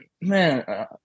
man